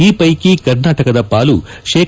ಈ ಪೈಕಿ ಕರ್ನಾಟಕದ ಪಾಲು ಶೇ